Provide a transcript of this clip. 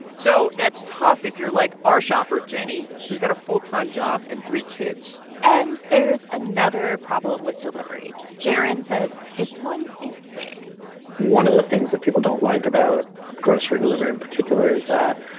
so that's tough if you're like our shopper, jenny, who's got a full-time job and three kids and there's another problem with delivery. jaron says this one is big one of the things that people don't like about grocery delivery in particular is that